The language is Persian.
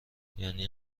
یعنی